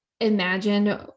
imagine